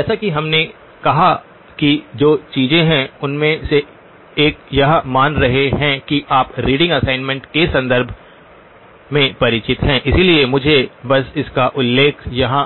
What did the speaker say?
जैसा कि हमने कहा कि जो चीजें हैं उनमें से एक यह मान रहे हैं कि आप रीडिंग असाइनमेंट के संदर्भ में परिचित हैं इसलिए मुझे बस इसका उल्लेख यहां